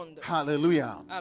Hallelujah